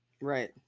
Right